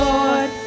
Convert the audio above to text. Lord